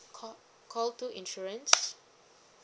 call call two insurance